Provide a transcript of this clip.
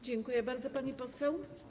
Dziękuję bardzo, pani poseł.